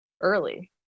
early